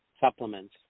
supplements